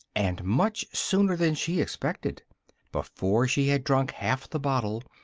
and much sooner than she expected before she had drunk half the bottle,